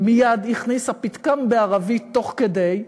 ומייד הכניסה פתגם בערבית תוך כדי,